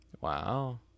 Wow